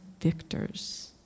victors